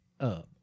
up